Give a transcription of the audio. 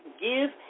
give